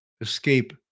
escape